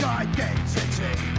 identity